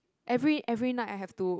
every every night I have to